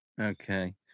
Okay